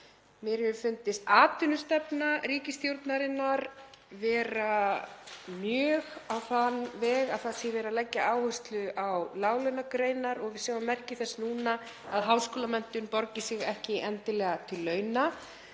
Mér hefur fundist atvinnustefna ríkisstjórnarinnar vera mjög á þann veg að það sé verið að leggja áherslu á láglaunagreinar og við sjáum merki þess núna að háskólamenntun borgi sig ekki endilega til launa.